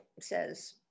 says